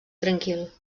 tranquil